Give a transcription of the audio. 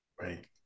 Right